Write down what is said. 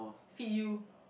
feel